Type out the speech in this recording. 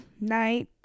night